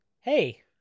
Hey